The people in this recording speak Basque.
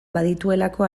badituelako